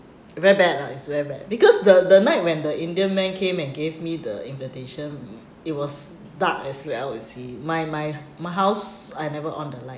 very bad lah is very bad because the the night when the indian man came and gave me the invitation it was dark as well you see my my my house I never on the light